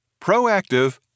proactive